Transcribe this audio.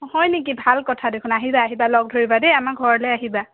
অঁ হয় নেকি ভাল কথা দেখোন আহিবা আহিবা লগ ধৰিবা দেই আমাৰ ঘৰলে আহিবা